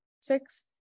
six